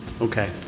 Okay